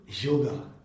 yoga